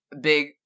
big